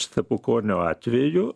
stepukonio atveju